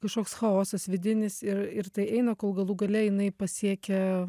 kažkoks chaosas vidinis ir ir tai eina kol galų gale jinai pasiekia